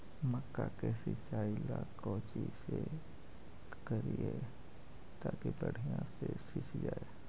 मक्का के सिंचाई ला कोची से करिए ताकी बढ़िया से सींच जाय?